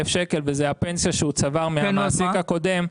שקלים וזו הפנסיה שהוא צבר מהמעסיק הקודם.